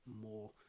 more